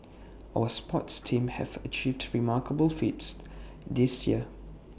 our sports teams have achieved remarkable feats this year